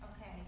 Okay